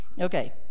Okay